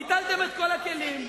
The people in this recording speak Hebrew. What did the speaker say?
ביטלתם את כל הכלים,